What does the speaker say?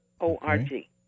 O-R-G